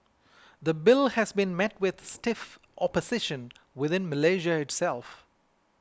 the Bill has been met with stiff opposition within Malaysia itself